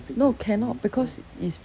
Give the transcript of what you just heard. no cannot because it's